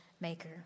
maker